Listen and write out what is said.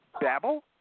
Babble